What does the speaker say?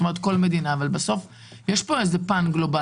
את אומרת שכל מדינה מתמודדת בעצמה אבל בסוף יש פה איזה פן גלובלי.